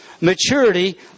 maturity